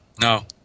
No